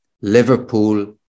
Liverpool